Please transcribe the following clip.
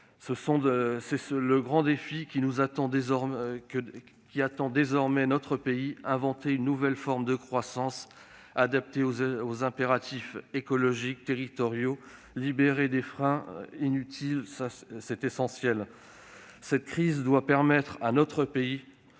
C'est le grand défi qui nous attend désormais : inventer une nouvelle forme de croissance, adaptée aux impératifs écologiques et territoriaux et libérée des freins inutiles. Cette crise doit permettre à notre pays